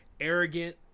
arrogant